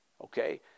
okay